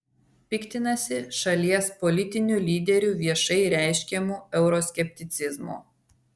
piktinasi šalies politinių lyderių viešai reiškiamu euroskepticizmu